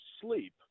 sleep